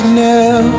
now